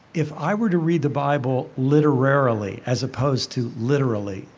if i were to read the bible literarily as opposed to literally,